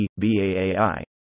BAAI